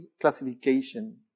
classification